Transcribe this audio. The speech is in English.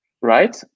Right